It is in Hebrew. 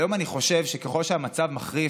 היום אני חושב שככל שהמצב מחריף.